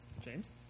James